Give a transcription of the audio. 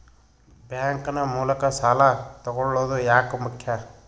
Bank ನ ಮೂಲಕ ಸಾಲ ತಗೊಳ್ಳೋದು ಯಾಕ ಮುಖ್ಯ?